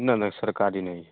ना ना सरकारी नहीं